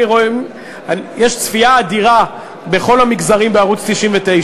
יש צפייה אדירה, בכל המגזרים, בערוץ 99,